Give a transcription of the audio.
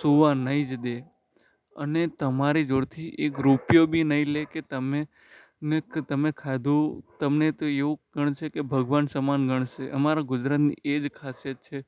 સૂવા નહીં જ દે અને તમારી જોડેથી એક રૂપિયો બી નહીં લે કે તમે મેં કે તમે ખાધું તમને તો એવું ગણશે કે ભગવાન સમાન ગણશે અમારાં ગુજરાતની એ જ ખાસિયત છે